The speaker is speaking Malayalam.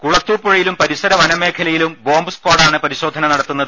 കുളത്തൂപ്പുഴ യിലും പരിസര വനമേഖലയിലും ബോംബ് സ്ക്വാഡാണ് പരിശോധന നടത്തുന്നത്